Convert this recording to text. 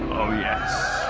oh, yes.